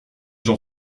j’en